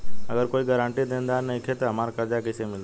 अगर कोई गारंटी देनदार नईखे त हमरा कर्जा कैसे मिली?